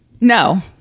No